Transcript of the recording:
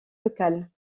locales